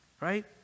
right